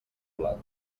blat